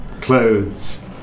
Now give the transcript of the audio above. Clothes